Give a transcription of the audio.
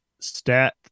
stat